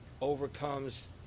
Overcomes